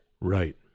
Right